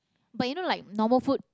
but you know like normal food